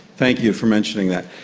thank you for mentioning that.